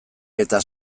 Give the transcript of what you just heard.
eta